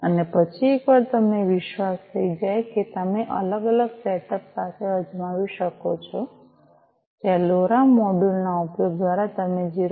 અને પછી એકવાર તમને વિશ્વાસ થઈ જાય કે તમે અલગ અલગ સેટઅપ્સ સાથે અજમાવી શકો છો જ્યાં લોરા મોડ્યુલ ના ઉપયોગ દ્વારા તમે 0